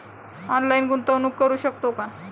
Online गुंतवणूक करू शकतो का?